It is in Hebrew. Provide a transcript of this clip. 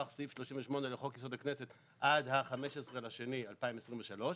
סעיף 38 לחוק יסוד הכנסת עד ה-15 בפברואר 2023,